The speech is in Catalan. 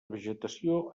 vegetació